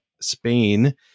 Spain